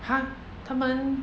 !huh! 他们